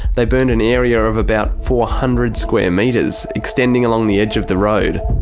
they burnt an area of about four hundred square metres, extending along the edge of the road.